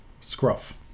scruff